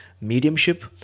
mediumship